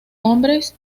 hombres